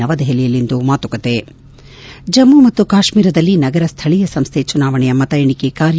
ನವದೆಹಲಿಯಲ್ಲಿಂದು ಮಾತುಕತೆ ಜಮ್ಮು ಮತ್ತು ಕಾಶ್ಮೀರದಲ್ಲಿ ನಗರ ಸ್ಥಳೀಯ ಸಂಸ್ತೆ ಚುನಾವಣೆಯ ಮತ ಎಣಿಕೆ ಕಾರ್ಯ